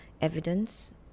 evidence